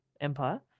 Empire